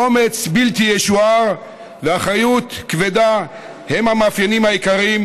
אומץ בלתי ישוער ואחריות כבדה הם המאפיינים העיקריים,